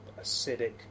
acidic